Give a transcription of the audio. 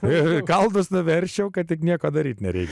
ir galvas na verčiau kad tik nieko daryti nereikia